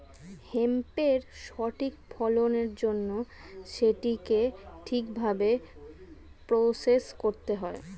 হেম্পের সঠিক ফলনের জন্য সেটিকে ঠিক ভাবে প্রসেস করতে হবে